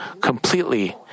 completely